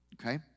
Okay